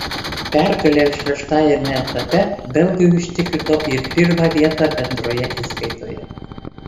pergalė šeštajame etape belgui užtikrino ir pirmą vietą bendroje įskaitoje